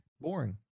Boring